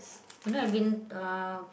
you know I've been uh